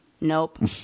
nope